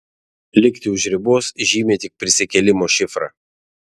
likti už ribos žymi tik prisikėlimo šifrą